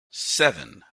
seven